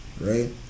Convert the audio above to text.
right